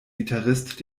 gitarrist